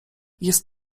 jest